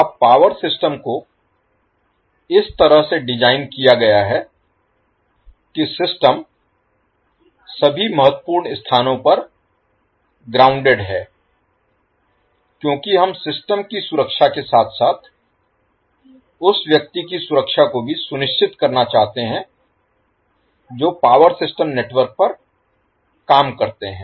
अब power system को इस तरह से डिज़ाइन किया गया है कि सिस्टम सभी महत्वपूर्ण स्थानों पर ग्राउंडेड है क्योंकि हम सिस्टम की सुरक्षा के साथ साथ उस व्यक्ति की सुरक्षा को भी सुनिश्चित करना चाहते हैं जो पावर सिस्टम नेटवर्क पर काम करते हैं